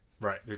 right